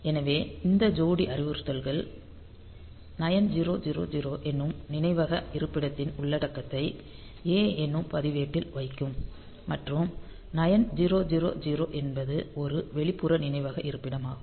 எனவே இந்த ஜோடி அறிவுறுத்தல்கள் 9000 என்னும் நினைவக இருப்பிடத்தின் உள்ளடக்கத்தை A என்னும் பதிவேட்டில் வைக்கும் மற்றும் 9000 என்பது ஒரு வெளிப்புற நினைவக இருப்பிடமாகும்